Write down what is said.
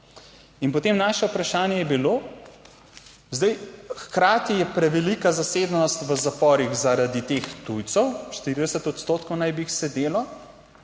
potem naše vprašanje je bilo zdaj, hkrati je prevelika zasedenost v zaporih, zaradi teh tujcev, 40 odstotkov naj bi jih sedelo,